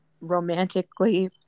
romantically